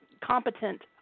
competent